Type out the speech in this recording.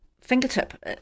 fingertip